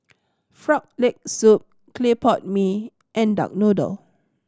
Frog Leg Soup clay pot mee and duck noodle